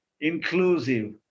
inclusive